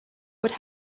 would